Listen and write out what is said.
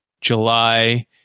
July